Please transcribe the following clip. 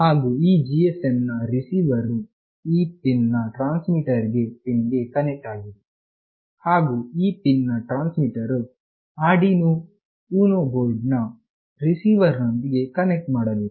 ಹಾಗು ಈ GSM ನ ರಿಸೀವರ್ ವು ಈ ಪಿನ್ ನ ಟ್ರಾನ್ಸ್ಮಿಟರ್ ಪಿನ್ ಗೆ ಕನೆಕ್ಟ್ ಆಗಿದೆ ಹಾಗು ಈ ಪಿನ್ ನ ಟ್ರಾನ್ಸ್ಮಿಟರ್ ವು ಆರ್ಡಿನೊ ಬೋರ್ಡ್ ನ ರಿಸೀವರ್ ನೊಂದಿಗೆ ಕನೆಕ್ಟ್ ಮಾಡಬೇಕು